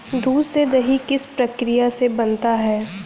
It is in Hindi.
दूध से दही किस प्रक्रिया से बनता है?